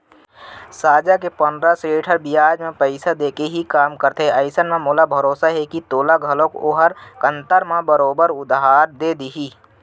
साजा के पंडरा सेठ ह बियाज म पइसा देके ही काम करथे अइसन म मोला भरोसा हे के तोला घलौक ओहर कन्तर म बरोबर उधार दे देही